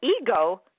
Ego